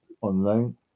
online